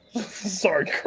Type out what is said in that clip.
sorry